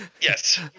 Yes